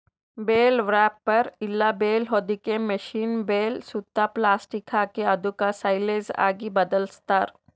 bale wrapper ಇಲ್ಲ bale ಹೊದಿಕೆ machine bale ಸುತ್ತಾ ಪ್ಲಾಸ್ಟಿಕ್ ಹಾಕಿ ಅದುಕ್ ಸೈಲೇಜ್ ಆಗಿ ಬದ್ಲಾಸ್ತಾರ್